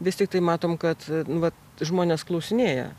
vis tiktai matom kad vat žmonės klausinėja